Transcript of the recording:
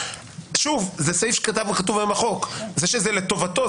שוב, זה סעיף שכתוב היום בחוק.